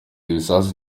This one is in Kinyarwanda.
ibisasu